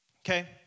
Okay